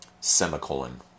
semicolon